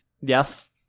Yes